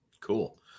cool